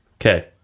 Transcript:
Okay